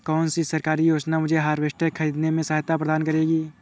कौन सी सरकारी योजना मुझे हार्वेस्टर ख़रीदने में सहायता प्रदान करेगी?